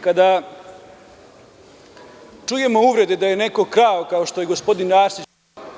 Kada čujemo uvrede da je neko krao, kao što je gospodin Arsić…